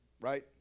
Right